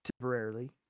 temporarily